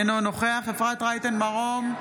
אינו נוכח אפרת רייטן מרום,